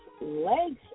legs